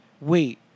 wait